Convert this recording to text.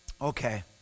Okay